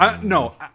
No